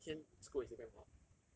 like 我每天 scroll instagram hor